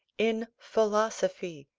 in philosophy,